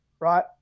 right